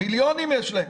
-- מיליונים יש להם.